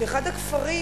ואחד הכפרים,